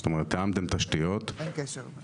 אין קשר לזה.